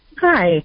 Hi